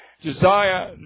Josiah